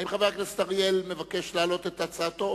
האם חבר הכנסת אריאל מבקש להעלות את הצעתו,